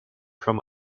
from